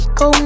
go